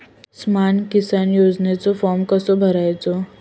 स्माम किसान योजनेचो फॉर्म कसो भरायचो?